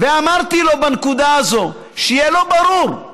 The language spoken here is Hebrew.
ואמרתי לו בנקודה הזאת, שיהיה לו ברור: